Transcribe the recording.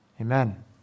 Amen